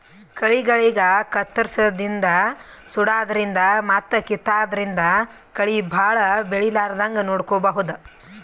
ಕಳಿಗಳಿಗ್ ಕತ್ತರ್ಸದಿನ್ದ್ ಸುಡಾದ್ರಿನ್ದ್ ಮತ್ತ್ ಕಿತ್ತಾದ್ರಿನ್ದ್ ಕಳಿ ಭಾಳ್ ಬೆಳಿಲಾರದಂಗ್ ನೋಡ್ಕೊಬಹುದ್